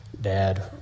Dad